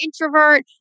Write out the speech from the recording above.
introvert